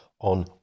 on